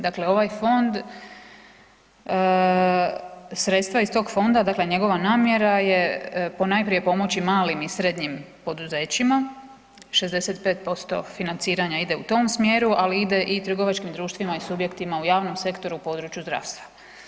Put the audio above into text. Dakle ovaj fond, sredstva iz tog fonda, dakle njegova namjera ponajprije je pomoći malim i srednjim poduzećima, 65% financiranja ide u tom smjeru ali ide i trgovačkim društvima i subjektima u javnom sektoru u području zdravstva.